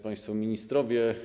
Państwo Ministrowie!